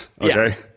Okay